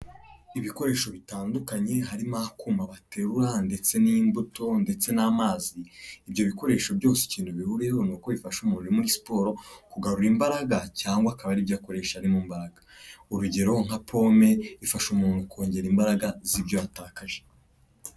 Ibikoresho bitandukanye, harimo akuma baterura, ndetse n'imbuto ndetse n'amazi. Ibyo bikoresho byose ikintu bihuriyeho, ni uko bifasha umuntu uri muri siporo kugarura imbaraga, cyangwa akaba ari byo akoresha ari mu mbaraga. Urugero nka pome ifasha umuntu kongera imbaraga z'ibyo yatakaje.